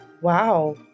Wow